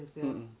mm mm